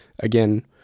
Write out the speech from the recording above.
Again